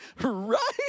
Right